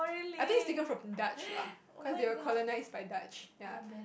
I think is taken from Dutch lah cause they were colonize by Dutch ya